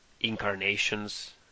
incarnations